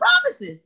promises